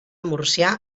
murcià